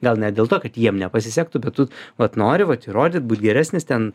gal ne dėl to kad jiem nepasisektų bet tu vat nori vat įrodyt būt geresnis ten